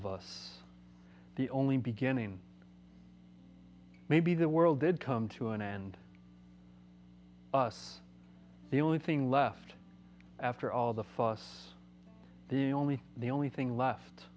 of us the only beginning maybe the world did come to an end us the only thing left after all the fuss the only the only thing left